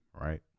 right